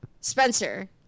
spencer